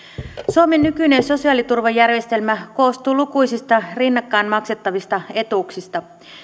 suomen nykyinen sosiaaliturvajärjestelmä koostuu lukuisista rinnakkain maksettavista etuuksista